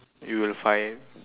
you'll fight